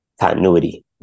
continuity